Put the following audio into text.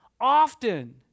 often